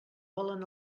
volen